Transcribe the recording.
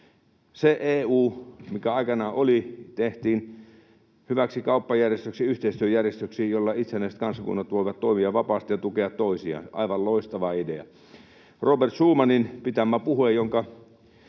Se EU, mikä aikanaan oli ja tehtiin hyväksi kauppajärjestöksi ja yhteistyöjärjestöksi, jossa itsenäiset kansakunnat voivat toimia vapaasti ja tukea toisiaan, oli aivan loistava idea. Robert Schumanin pitämä puhe, jonka